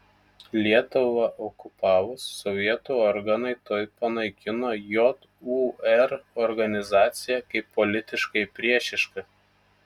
lietuvą okupavus sovietų organai tuoj panaikino jūr organizaciją kaip politiškai priešišką